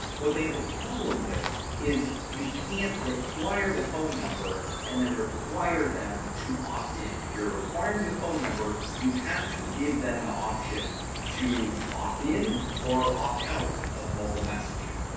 what they have a problem with is you can't require the phone number and then require them to opt in. if you're requiring the phone number, you have to give them the option to opt in or opt out of mobile messaging.